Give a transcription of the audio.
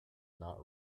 not